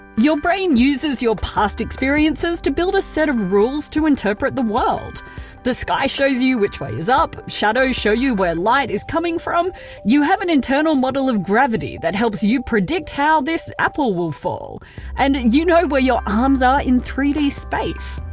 your brain uses your past experiences to build a set of rules to interpret the world the sky shows you which way is up shadows show you where light is coming from you have an internal model of gravity that helps you predict how this apple will fall and you know where your arms are in three d space.